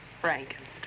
Frankenstein